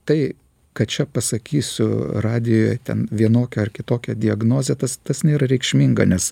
tai kad čia pasakysiu radijuje ten vienokią ar kitokią diagnozę tas tas nėra reikšminga nes